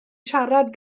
siarad